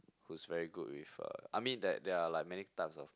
who's very good with a I mean that there are like many types of